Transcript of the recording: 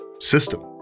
system